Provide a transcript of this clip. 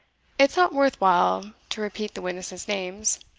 it's not worth while to repeat the witnesses' names.